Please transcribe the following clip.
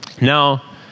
Now